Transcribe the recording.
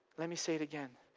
let me say it again.